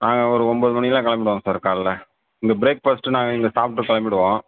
நாங்கள் ஒரு ஒம்பது மணிக்கெலாம் கிளம்பிடுவோங்க சார் காலையில் இங்கே பிரேக் ஃபாஸ்ட் நாங்கள் இங்கே சாப்பிட்டு கிளம்பிடுவோம்